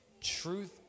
Truth